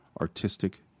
artistic